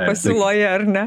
pasiūloje ar ne